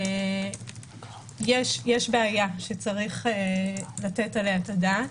יש בעיה שצריך לתת עליה את הדעת.